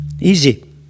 Easy